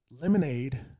Lemonade